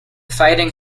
fighting